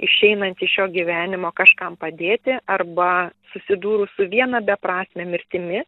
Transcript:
išeinant iš šio gyvenimo kažkam padėti arba susidūrus su viena beprasme mirtimi